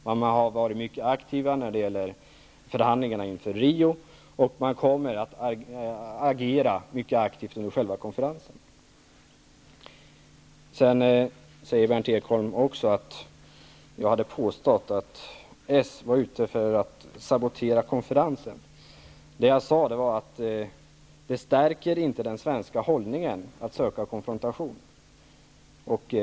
Den har varit mycket aktiv när det gäller förhandlingarna inför Rio, och den kommer att agera mycket aktivt under själva konferensen. Berndt Ekholm säger också att jag har påstått att Socialdemokraterna var ute för att sabotera konferensen. Vad jag sade var att det inte stärker den svenska hållningen att söka konfrontation.